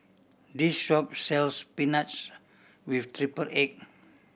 this shop sells spinach with triple egg